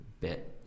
bit